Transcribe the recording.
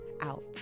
out